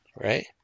right